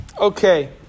Okay